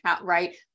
Right